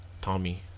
Tommy